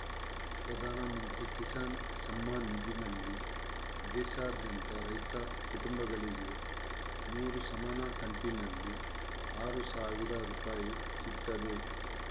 ಪ್ರಧಾನ ಮಂತ್ರಿ ಕಿಸಾನ್ ಸಮ್ಮಾನ್ ನಿಧಿನಲ್ಲಿ ದೇಶಾದ್ಯಂತ ರೈತ ಕುಟುಂಬಗಳಿಗೆ ಮೂರು ಸಮಾನ ಕಂತಿನಲ್ಲಿ ಆರು ಸಾವಿರ ರೂಪಾಯಿ ಸಿಗ್ತದೆ